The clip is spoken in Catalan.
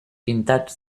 pintats